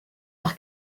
par